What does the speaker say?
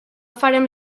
farem